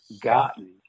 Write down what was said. gotten